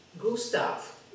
Gustav